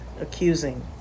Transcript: accusing